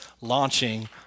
launching